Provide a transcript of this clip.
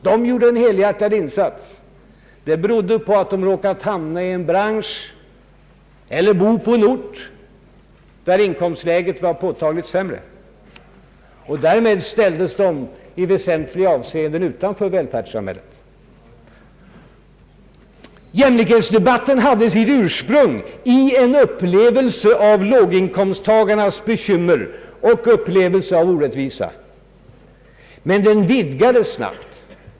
De gjorde en helhjärtad insats. Det berodde på att de råkat hamna i en bransch eller bo på en ort där inkomstläget var påtagligt sämre än på annat håll. Därmed ställdes de i väsentliga avseenden utanför välfärdssamhället. Jämlikhetsdebatten hade sitt ursprung i en upplevelse av låginkomsttagarnas bekymmer och en upplevelse av orättvisa, men den vidgades snabbt.